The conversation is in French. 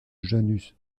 janus